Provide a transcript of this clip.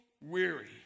weary